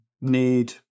need